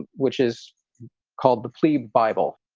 which is called the fleet bible